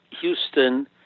Houston